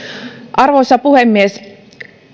arvoisa puhemies